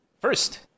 First